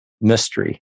mystery